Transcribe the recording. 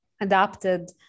adapted